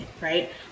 right